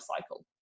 cycle